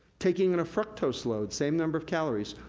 taking in a fructose load, same number of calories,